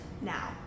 now